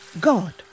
God